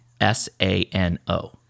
S-A-N-O